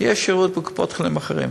שיש שירות בקופות-חולים אחרות,